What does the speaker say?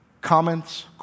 Comments